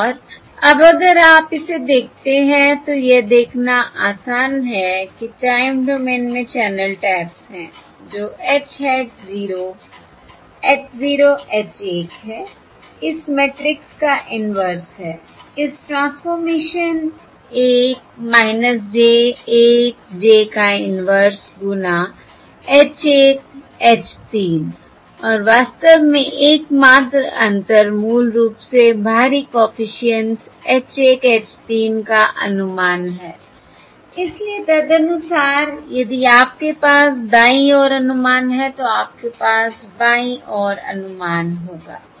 और अब अगर आप इसे देखते हैं तो यह देखना आसान है कि टाइम डोमेन में चैनल टैप्स है जो h हैट 0 h 0 h 1 है इस मैट्रिक्स का इनवर्स है इस ट्रांसफॉर्मेशन मैट्रिक्स 1 j 1 j का इनवर्स गुना H 1 H 3 और वास्तव में एकमात्र अंतर मूल रूप से बाहरी कॉफिशिएंट्स H 1 H 3 का अनुमान है इसलिए तदनुसार यदि आपके पास दाईं ओर अनुमान है तो आपके पास बाईं ओर अनुमान होगा